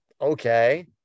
Okay